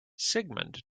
sigmund